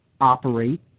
operate